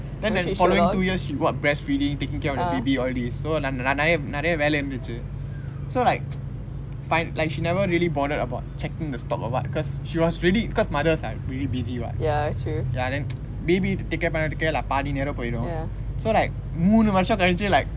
then the following two years she was breastfeeding taking care of the baby all this so நா நா நிறை~ வேல இருந்தது:naa naa niray~ niraya vela irunthathu so like find like she never really bothered about checking the stock or what cause she was really cause mothers are really busy [what] ya then baby take care பன்றதற்கே பாதி நேரம் போய்டும்:panratharke paathi neram poidum so like மூனு வர்௸ம் களிச்சு:moonu varsham kalichu like